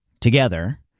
together